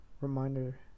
Reminder